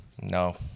No